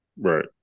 Right